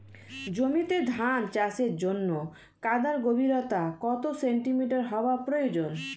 জমিতে ধান চাষের জন্য কাদার গভীরতা কত সেন্টিমিটার হওয়া প্রয়োজন?